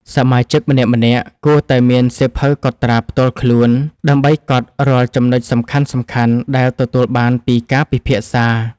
សមាជិកម្នាក់ៗគួរតែមានសៀវភៅកត់ត្រាផ្ទាល់ខ្លួន ដើម្បីកត់រាល់ចំណុចសំខាន់ៗដែលទទួលបានពីការពិភាក្សា។